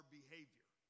behavior